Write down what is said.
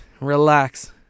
relax